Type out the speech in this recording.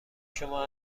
شما